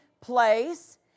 place